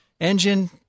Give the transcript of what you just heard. engine